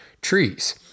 trees